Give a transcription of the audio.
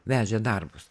vežė darbus